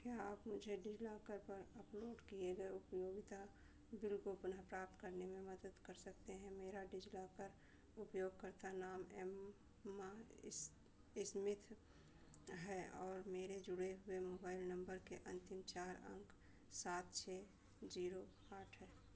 क्या आप मुझे डिजलॉकर पर अपलोड किए गए उपयोगिता बिल को पुनः प्राप्त करने में मदद कर सकते हैं मेरा डिजलाकर उपयोगकर्ता नाम एम्मा इसस्मिथ है और मेरे जुड़े हुए मोबाइल नंबर के अंतिम चार अंक सात छः जीरो आठ है